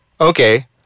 okay